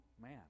man